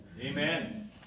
Amen